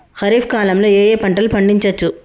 ఖరీఫ్ కాలంలో ఏ ఏ పంటలు పండించచ్చు?